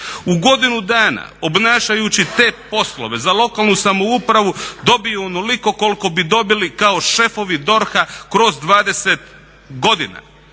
U godinu dana obnašajući te poslove za lokalnu samoupravu dobiju onoliko koliko bi dobili kao šefovi DORH-a kroz 20 godina.